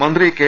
മന്ത്രി കെ